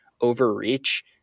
overreach